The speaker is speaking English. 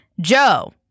Joe